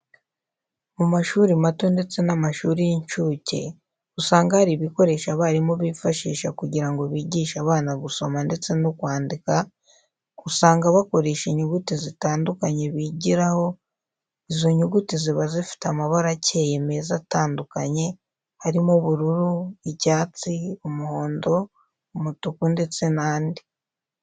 Mu mashuri mato ndetse n'amashuri y'incuke, usanga hari ibikoresho abarimu bifashisha kugira ngo bigishe abana gusoma ndetse no kwandika, usanga bakoresha inyuguti zitandukanye bigiraho, izo nyuguti ziba zifite amabara akeye meza atandukanye, harimo ubururu, icyatsi, umuhondo, umutuku, ndetse n'andi.